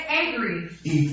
angry